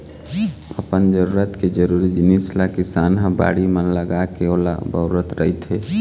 अपन जरूरत के जरुरी जिनिस ल किसान ह बाड़ी म लगाके ओला बउरत रहिथे